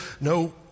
no